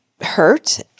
hurt